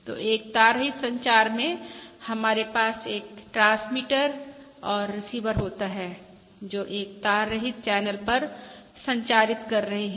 तो एक तार रहित संचार में हमारे पास एक ट्रांसमीटर और रिसीवर होता है जो एक तार रहित चैनल पर संचारित कर रहे हैं